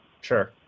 sure